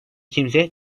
kimse